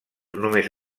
només